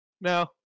No